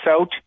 out